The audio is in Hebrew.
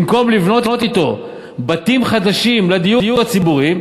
במקום לבנות אתו בתים חדשים לדיור הציבורי,